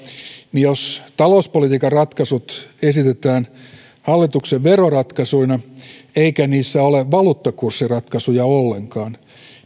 niin jos talouspolitiikan ratkaisut esitetään hallituksen veroratkaisuina eikä niissä ole valuuttakurssiratkaisuja ollenkaan